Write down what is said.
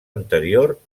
anterior